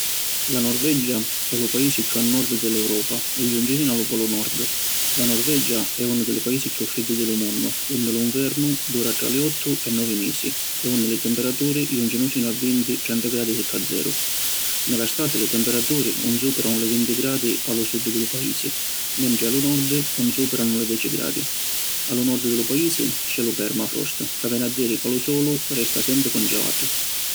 La Norvegia è lu paisi chiù a nord di l’Europa e junci sinu a lu Polu Nord. La Norvegia è unu di li paisi chiù friddi di lu munnu unni lu nvernu dura tra li ottu e novi misi e unni li temperaturi juncinu sinu a vinti - trenta gradi sutta zeru. Ni la stati li temperaturi ‘un superanu li vinti gradi a lu sud di lu paisi mentri a lu nord ‘un superanu li deci gradi. A lu nord di lu paisi c’è lu Permafrost ca veni a diri ca lu solu resta sempri congelatu.